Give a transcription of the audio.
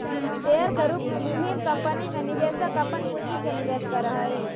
share के रूप में विभिन्न कंपनी में निवेशक अपन पूंजी के निवेश करऽ हइ